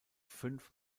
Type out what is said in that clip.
fünf